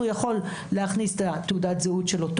הוא יכול להכניס את תעודת הזהות של אותו